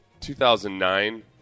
2009